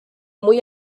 muy